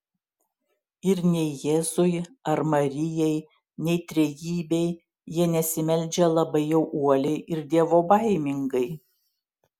ir nei jėzui ar marijai nei trejybei jie nesimeldžia labai jau uoliai ir dievobaimingai